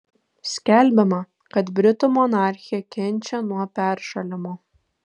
skelbiama kad britų monarchė kenčia nuo peršalimo